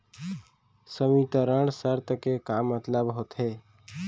संवितरण शर्त के का मतलब होथे?